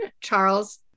Charles